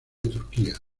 turquía